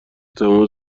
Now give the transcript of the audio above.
تمام